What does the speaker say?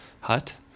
hut